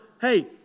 hey